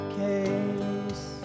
case